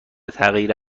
تغییر